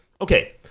okay